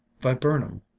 viburnum